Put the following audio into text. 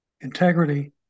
Integrity